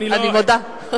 אני מודה.